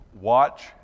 watch